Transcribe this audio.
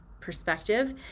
perspective